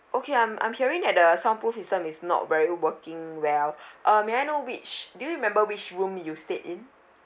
okay I'm I'm hearing that the sound proof system is not very working well uh may I know which do you remember which room you stayed in